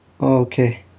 Okay